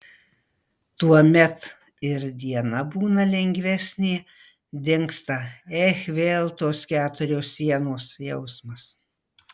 tuomet ir diena būna lengvesnė dingsta ech vėl tos keturios sienos jausmas